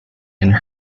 and